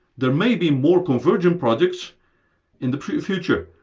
there may be more convergence projects in the future,